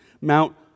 Mount